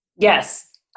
Yes